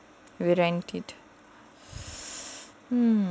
we rent it